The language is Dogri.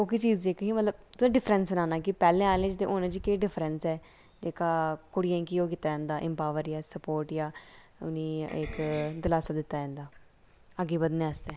कोह्की चीज जेहकी ऐ मतलब डिफ्रैंस सनाना कि पैह्लें आह्लें च ते हुनें च डिफ्रैंस ऐ जेह्का कुड़ियें गी ओह् कीता जंदा इमपावर जां स्पोर्ट जां उ'नें इक दलासा दित्ता जंदा अग्गें बधने आस्तै